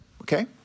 Okay